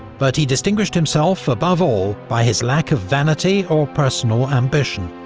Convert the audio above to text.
but he distinguished himself above all by his lack of vanity or personal ambition,